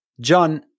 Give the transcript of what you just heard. John